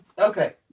okay